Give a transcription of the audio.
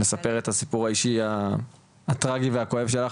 לספר את הסיפור האישי הטראגי והכואב שלך.